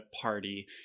party